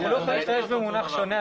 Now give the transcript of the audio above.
אנחנו לא יכולים להשתמש במונח שונה.